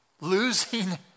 losing